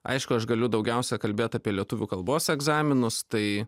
aišku aš galiu daugiausia kalbėt apie lietuvių kalbos egzaminus tai